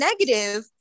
negative